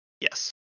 Yes